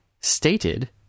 stated